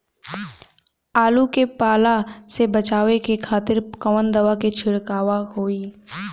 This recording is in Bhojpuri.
आलू के पाला से बचावे के खातिर कवन दवा के छिड़काव होई?